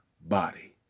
body